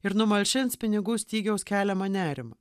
ir numalšins pinigų stygiaus keliamą nerimą